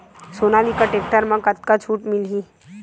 Sonalika tractor म कतका छूट मिलही?